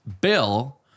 bill